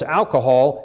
alcohol